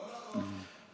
לא נכון.